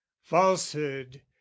Falsehood